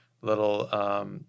little –